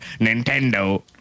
Nintendo